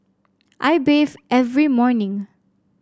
I bathe every morning